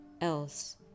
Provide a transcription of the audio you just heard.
else